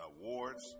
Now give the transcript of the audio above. awards